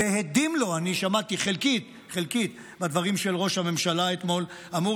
והדים לו אני שמעתי חלקית בדברים של ראש הממשלה אתמול אמור